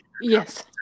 Yes